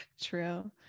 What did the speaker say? True